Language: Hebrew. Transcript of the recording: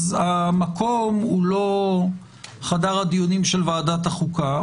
המקום הוא לא חדר הדיונים של ועדת החוקה,